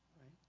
right